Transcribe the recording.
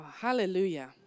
Hallelujah